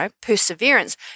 perseverance